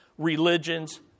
Religions